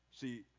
See